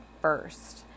first